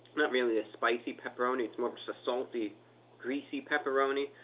not really a spicy pepperoni, it's more of a salty greasy pepperoni.